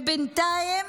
ובינתיים